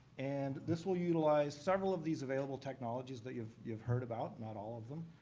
and this will utilize several of these available technologies that you've you've heard about. not all of them.